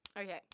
Okay